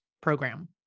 program